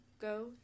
go